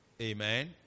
Amen